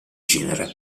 genere